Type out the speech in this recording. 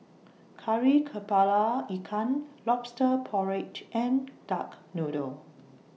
Kari Kepala Ikan Lobster Porridge and Duck Noodle